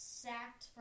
sacked